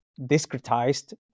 discretized